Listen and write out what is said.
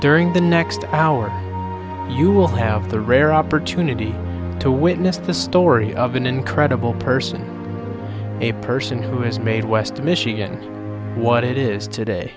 during the next hour you will have the rare opportunity to witness the story of an incredible person a person who has made west michigan what it is today